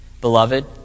Beloved